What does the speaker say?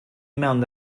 mewn